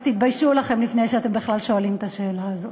אז תתביישו לכם לפני שאתם בכלל שואלים את השאלה הזאת.